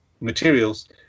materials